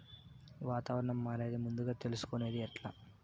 వాతావరణం మారేది ముందుగా తెలుసుకొనేది ఎట్లా?